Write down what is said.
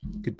Goodbye